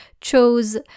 chose